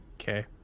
Okay